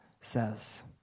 says